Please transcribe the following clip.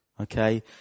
okay